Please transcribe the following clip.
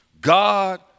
God